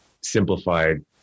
simplified